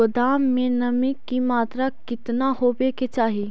गोदाम मे नमी की मात्रा कितना होबे के चाही?